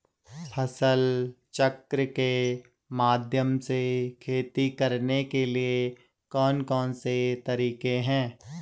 फसल चक्र के माध्यम से खेती करने के लिए कौन कौन से तरीके हैं?